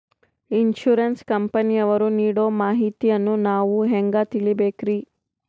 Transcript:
Insurance ಕಂಪನಿಯವರು ನೀಡೋ ಮಾಹಿತಿಯನ್ನು ನಾವು ಹೆಂಗಾ ತಿಳಿಬೇಕ್ರಿ?